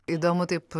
įdomu taip